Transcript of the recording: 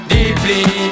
Deeply